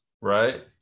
Right